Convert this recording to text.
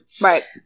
Right